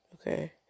okay